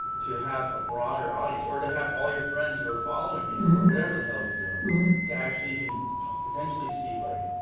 to have a broader audience or to have all your friends who are following you or whatever the hell you're doing to actually, potentially see like,